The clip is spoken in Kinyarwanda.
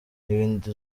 n’ibindi